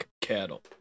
cattle